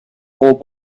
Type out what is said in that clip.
old